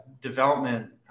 Development